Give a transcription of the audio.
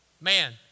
Man